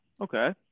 Okay